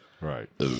Right